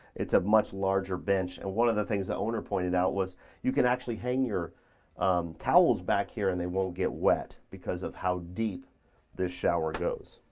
it's a much larger bench. and one of the things the owner pointed out was you can actually hang your towels back here and they won't get wet because of how deep this shower goes.